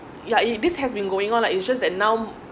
yeah it this has been going on like it's just that now